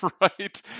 Right